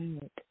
right